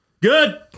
Good